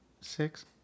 Six